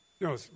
no